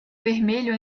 vermelho